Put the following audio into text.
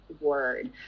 word